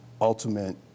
ultimate